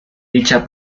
dicha